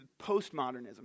postmodernism